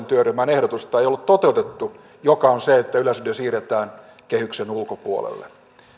työryhmän ehdotusta ei ollut toteutettu sitä että yleisradio siirretään kehyksen ulkopuolelle